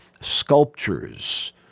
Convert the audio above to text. sculptures